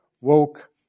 woke